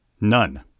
None